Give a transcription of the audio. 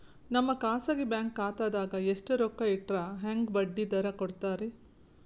ನಮ್ಮ ಖಾಸಗಿ ಬ್ಯಾಂಕ್ ಖಾತಾದಾಗ ಎಷ್ಟ ರೊಕ್ಕ ಇಟ್ಟರ ಹೆಂಗ ಬಡ್ಡಿ ದರ ಕೂಡತಾರಿ?